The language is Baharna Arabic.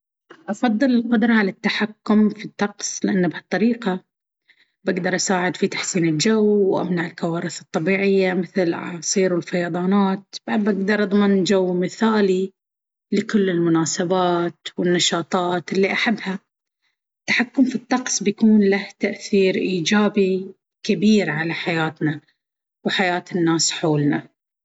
أفضل القدرة على التحكم في الطقس. لأن بهالطريقة، بقدر أساعد في تحسين الجو، وأمنع الكوارث الطبيعية مثل الأعاصير والفيضانات. بعد، بقدر أضمن جو مثالي لكل المناسبات والنشاطات اللي أحبها. التحكم في الطقس بيكون له تأثير إيجابي كبير على حياتنا وحياة الناس حولنا.